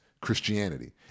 Christianity